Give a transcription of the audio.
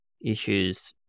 Issues